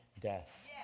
death